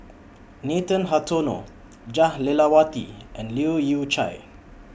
Nathan Hartono Jah Lelawati and Leu Yew Chye